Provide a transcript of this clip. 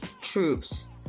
troops